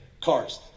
Cars